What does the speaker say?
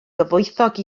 gyfoethog